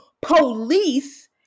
police